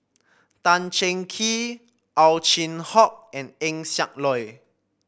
Tan Cheng Kee Ow Chin Hock and Eng Siak Loy